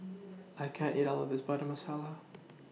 I can't eat All of This Butter Masala